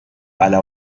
ala